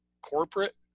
corporate